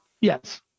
Yes